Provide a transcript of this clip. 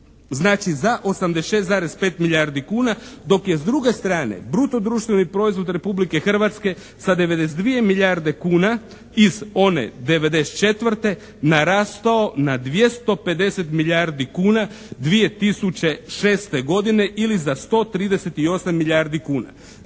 znači za 86,5 milijardi kuna dok je s druge strane bruto društveni proizvod Republike Hrvatske sa 92 milijarde kuna iz one '94. narastao na 250 milijardi kuna 2006. godine ili za 138 milijardi kuna.